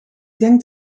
denk